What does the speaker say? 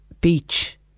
beach